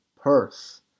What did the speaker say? purse